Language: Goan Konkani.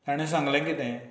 ताणें सांगलें कितें